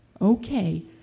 Okay